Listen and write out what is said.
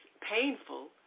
painful